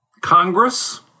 Congress